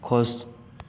खुश